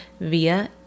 via